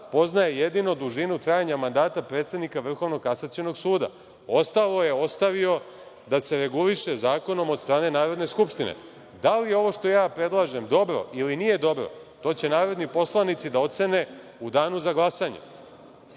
poznaje jedino dužinu trajanja mandata predsednika Vrhovnog kasacionog suda. Ostalo je ostavio da se reguliše zakonom od strane Narodne skupštine. Da li je ovo što ja predlažem dobro ili nije dobro, to će narodni poslanici da ocene u danu za glasanje.